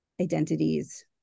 identities